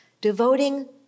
devoting